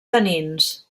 tanins